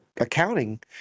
accounting